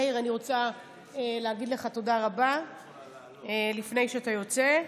מאיר, אני רוצה להגיד לך תודה רבה לפני שאתה יוצא,